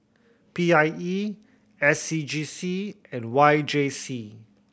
P I E S C G C and Y J C